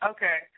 Okay